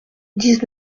dix